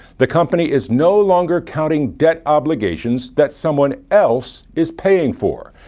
the company is no longer counting debt obligations that someone else is paying for.